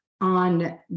on